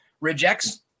Rejects